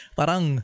parang